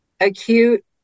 acute